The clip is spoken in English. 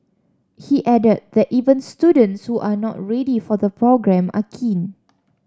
he added that even students who are not ready for the programme are keen